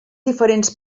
diferents